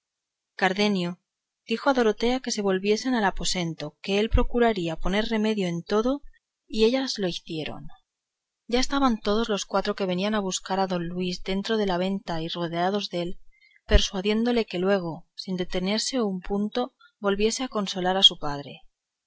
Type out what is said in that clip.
cardenio dijo a dorotea que se volviesen al aposento que él procuraría poner remedio en todo y ellas lo hicieron ya estaban todos los cuatro que venían a buscar a don luis dentro de la venta y rodeados dél persuadiéndole que luego sin detenerse un punto volviese a consolar a su padre